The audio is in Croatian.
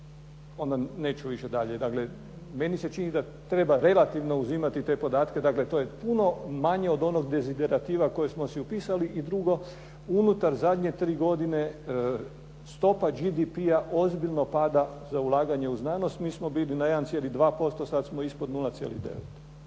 onda neću više dalje. Dakle, meni se čini da treba relativno uzimati te podatke, dakle to je puno manje od onog deziderativa koje smo si upisali. I drugo, unutar zadnje 3 godine stopa GDP-a ozbiljno pada za ulaganje u znanost. Mi smo bili na 1,2% sad smo ispod 0,9.